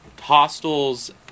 *Hostels*